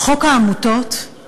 חוק העמותות הוא